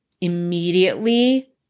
immediately